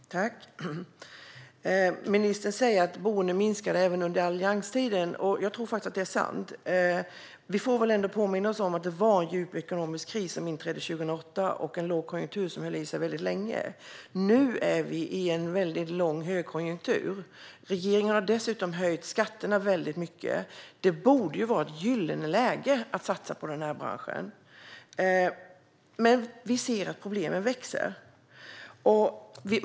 Herr talman! Ministern säger att boendena minskade även under allianstiden, och jag tror faktiskt att det är sant. Vi får dock påminna oss om den djupa ekonomiska krisen 2008 och om lågkonjunkturen som höll i sig väldigt länge. Nu befinner vi oss i en lång högkonjunktur. Regeringen har dessutom höjt skatterna mycket. Att satsa på den här branschen borde vara ett gyllene läge. Vi ser att problemen växer.